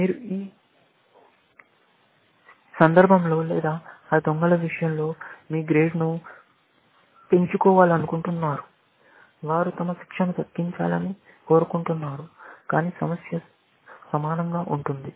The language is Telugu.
మీరు ఈ సందర్భంలో లేదా ఆ దొంగల విషయంలో మీ గ్రేడ్ను పెంచుకోవాలనుకుంటున్నారు వారు తమ శిక్షను తగ్గించాలని కోరుకుంటారు కానీ సమస్య సమానంగా ఉంటుంది